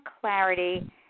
clarity